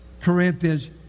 Corinthians